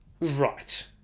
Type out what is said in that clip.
Right